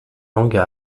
langues